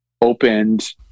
opened